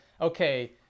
okay